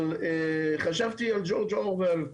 אבל חשבתי על ג'ורג' אורוול,